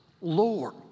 Lord